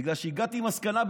בגלל שהגעתי למסקנה,